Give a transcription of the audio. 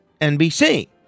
NBC